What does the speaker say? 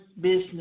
business